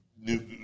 new